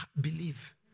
believe